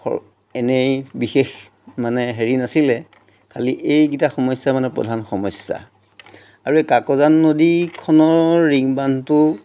এনেই বিশেষ মানে হেৰি নাছিলে খালি এইকেইটা সমস্যা মানে প্ৰধান সমস্যা আৰু এই কাকজান নদীখনৰ ৰিং বান্ধটো